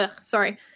sorry